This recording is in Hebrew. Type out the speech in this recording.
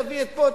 תביא פה,